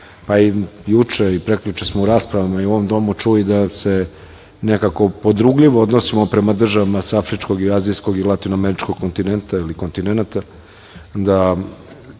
pa i juče i prekjuče smo u raspravama u ovom domu čuli da se nekako podrugljivo odnosimo prema državama sa Afričkog, Azijskog i Latinoameričkih kontinenata, da te